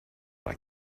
like